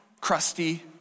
crusty